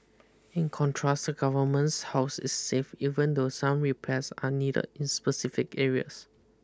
in contrast the government's house is safe even though some repairs are needed in specific areas